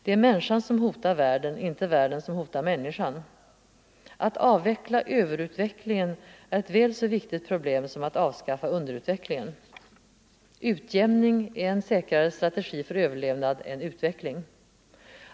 Det är människan som hotar världen, inte världen som hotar människan. Att avveckla överutvecklingen är ett väl så viktigt problem som att avskaffa underutvecklingen. Utjämning är en säkrare strategi för överlevnad än utveckling -—--.